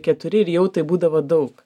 keturi ir jau tai būdavo daug